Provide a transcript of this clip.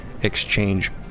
exchange